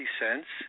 cents